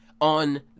on